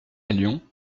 lyon